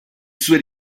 sue